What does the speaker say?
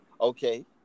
okay